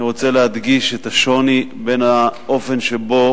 אני רוצה להדגיש את השוני בין האופן שבו